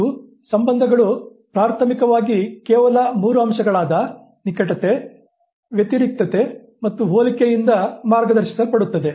ಮತ್ತು ಸಂಬಂಧಗಳು ಪ್ರಾಥಮಿಕವಾಗಿ ಕೇವಲ ಮೂರು ಅಂಶಗಳಾದ ನಿಕಟತೆ ವ್ಯತಿರಿಕ್ತತೆ ಮತ್ತು ಹೋಲಿಕೆಯಿಂದ ಮಾರ್ಗದರ್ಶಿಸಲ್ಪಡುತ್ತದೆ